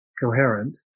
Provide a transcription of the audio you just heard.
coherent